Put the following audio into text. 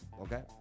okay